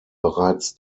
bereits